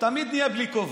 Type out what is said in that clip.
תמיד נהיה בלי כובע.